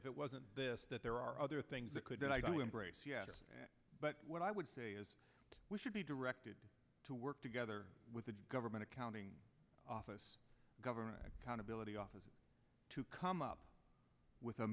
if it wasn't this that there are other things that could embrace but what i would say is we should be directed to work together with the government accounting office government accountability office to come up with a